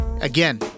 again